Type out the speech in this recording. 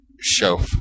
show